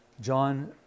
John